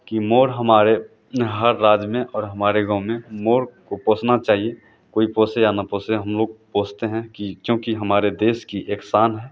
कि मोर हमारे हर राज्य में और हमारे गाँव में मोर को पोसना चाहिए कोई पोसे या ना पोसे हम लोग पोसते हैं कि क्योंकि हमारे देश की एक शान है